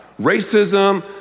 racism